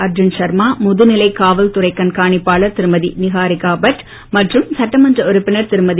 அர்ஜுன் சர்மா முதுநிலை காவல்துறை கண்காணிப்பாளர் திருமதி நிகாரிகாபட் மற்றும் சட்டமன்ற உறுப்பினர் திருமதி